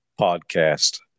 podcast